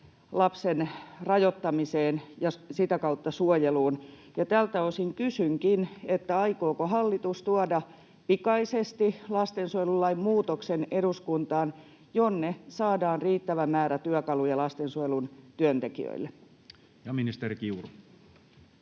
lapsen rajoittamiseen ja sitä kautta suojeluun, niin tältä osin kysynkin: aikooko hallitus tuoda pikaisesti eduskuntaan lastensuojelulain muutoksen, jotta sinne saadaan riittävä määrä työkaluja lastensuojelun työntekijöille? [Speech 14]